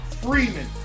Freeman